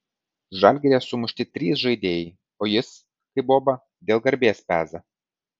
žalgiryje sumušti trys žaidėjai o jis kaip boba dėl garbės peza